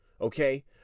okay